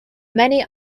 many